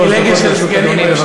שלוש דקות לרשות אדוני.